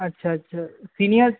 আচ্ছা আচ্ছা সিনিয়ার